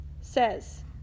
says